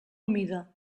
humida